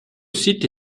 site